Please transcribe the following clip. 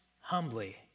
humbly